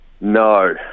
no